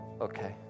okay